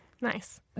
Nice